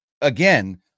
again